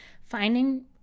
finding